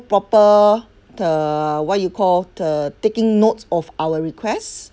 proper the what you call the taking notes of our requests